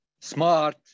smart